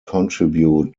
contribute